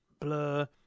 blur